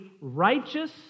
righteous